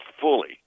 fully